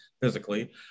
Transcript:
physically